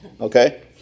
okay